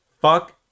Fuck